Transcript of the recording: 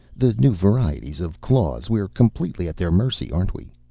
the new varieties of claws. we're completely at their mercy, aren't we?